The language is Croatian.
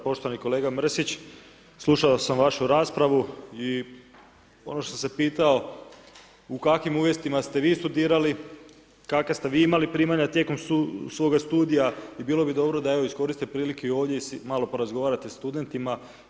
Poštovani kolega Mrsić, slušao sam vašu raspravu i ono što sam se pitao, u kakvim uvjetima ste vi studirali, kakve ste vi imali primanja tijekom svoga studija i bilo bi dobro da evo, iskoristite prilike i ovdje i malo porazgovarate s studenima.